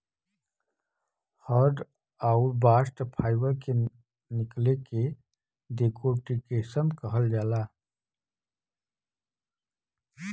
hurd आउर bast fibre के निकले के डेकोर्टिकेशन कहल जाला